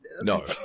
No